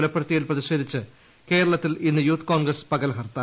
കൊലപ്പെടുത്തിയതിൽ പ്രതിഷേധിച്ച് കേരളത്തിൽ ഇന്ന് യൂത്ത് കോൺഗ്രസ് പകൽ ഹർത്താൽ